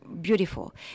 beautiful